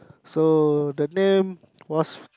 so the name was